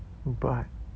but